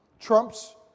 trumps